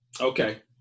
Okay